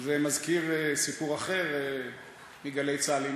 זה מזכיר סיפור אחר מגלי צה"ל,